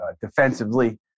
defensively